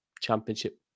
championship